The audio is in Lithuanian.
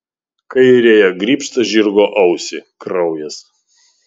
kairiąja grybšt žirgo ausį kraujas